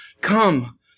come